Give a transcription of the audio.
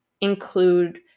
include